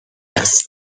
است